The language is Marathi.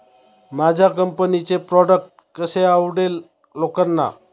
माझ्या कंपनीचे प्रॉडक्ट कसे आवडेल लोकांना?